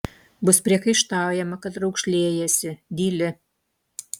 bus priekaištaujama kad raukšlėjiesi dyli